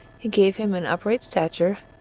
he gave him an upright stature,